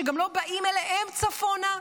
שגם לא באים אליהם צפונה,